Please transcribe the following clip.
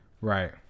Right